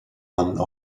one